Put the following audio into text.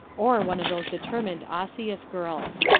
or one of those determined osseous girls.